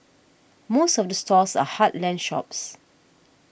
most of the stores are heartland shops